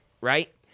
right